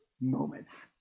moments